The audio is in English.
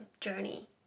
journey